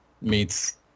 meets